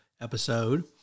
episode